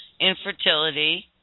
infertility